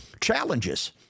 challenges